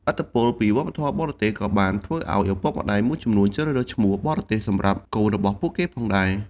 ឥទ្ធិពលពីវប្បធម៌បរទេសក៏បានធ្វើឱ្យឪពុកម្តាយមួយចំនួនជ្រើសរើសឈ្មោះបរទេសសម្រាប់កូនរបស់ពួកគេផងដែរ។